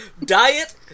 Diet